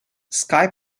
skye